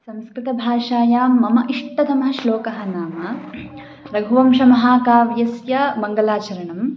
संस्कृतभाषायां मम इष्टतमः श्लोकः नाम रघुवंशमहाकाव्यस्य मङ्गलाचरणं